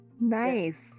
nice